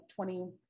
20